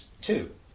two